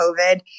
COVID